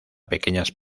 pequeñas